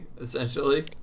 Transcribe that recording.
essentially